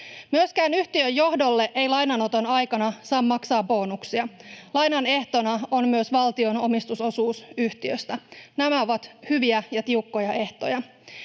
Myöskään yhtiön johdolle ei lainanoton aikana saa maksaa bonuksia. Lainan ehtona on myös valtion omistusosuus yhtiöstä. Nämä ovat hyviä ja tiukkoja ehtoja.